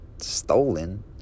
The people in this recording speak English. Stolen